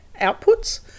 outputs